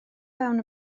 fewn